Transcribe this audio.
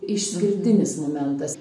išskirtinis momentas